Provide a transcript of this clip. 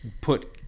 put